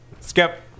Skip